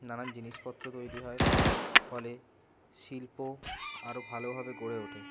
নানান জিনিসপত্র তৈরি হয় ফলে শিল্প আরও ভালোভাবে গড়ে ওঠে